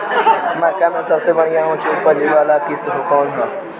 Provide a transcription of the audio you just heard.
मक्का में सबसे बढ़िया उच्च उपज वाला किस्म कौन ह?